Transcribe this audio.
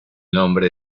nombre